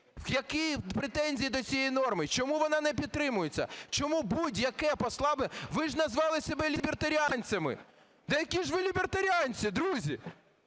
Які претензії до цієї норми? Чому вона не підтримується? Чому будь-яке послаблення… Ви ж назвали себе лібертаріанцями. Да які ж ви лібертаріанці, друзі?